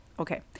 Okay